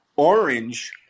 Orange